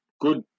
good